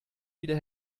wieder